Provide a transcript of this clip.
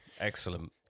Excellent